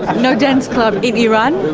no dance club in iran?